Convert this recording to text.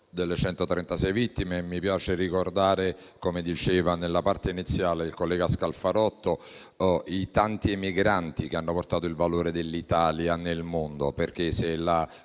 delle 136 vittime. Mi piace ricordare - come diceva nella parte iniziale il collega Scalfarotto - i tanti emigranti che hanno portato il valore dell'Italia nel mondo. Se la